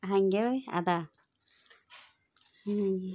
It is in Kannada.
ಹಂಗೇ ಅದ